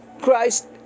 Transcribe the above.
Christ